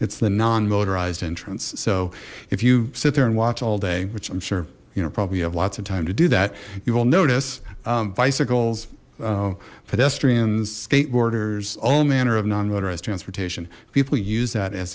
it's the non motorized entrance so if you sit there and watch all day which i'm sure you know probably you have lots of time to do that you will notice bicycles pedestrians skateboarders all manner of non motorized transportation people use that as